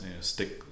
stick